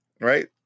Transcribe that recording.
right